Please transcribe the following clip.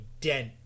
dent